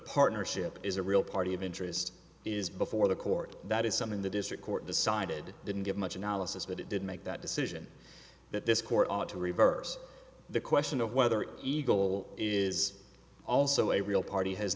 partnership is a real party of interest is before the court that is something the district court decided didn't give much analysis but it did make that decision that this court ought to reverse the question of whether an eagle is also a real party has